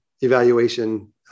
evaluation